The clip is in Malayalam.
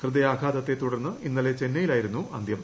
ഹൃദയാഘാതത്തെ തുടർന്ന് ഇന്നലെ ചെന്നൈയിലായിരുന്നു അന്ത്യം